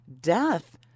death